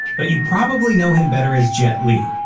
but you probably know him better as jet li.